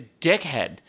dickhead